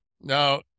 Now